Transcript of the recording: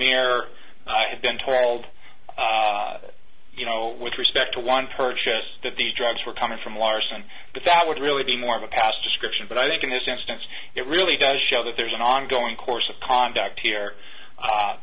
me or i have been told that you know with respect to one purchase that these drugs were coming from larson that would really be more of a pastor scription but i think in this instance it really does show that there is an ongoing course of conduct here